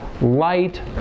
light